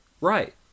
Right